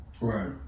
Right